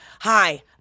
Hi